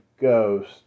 ghost